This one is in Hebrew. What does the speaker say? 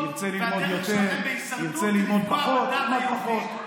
והדרך שלכם להישרדות זה לפגוע בדת היהודית.